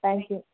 thank you